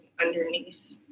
underneath